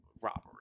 robbery